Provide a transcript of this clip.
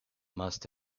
must